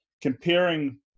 comparing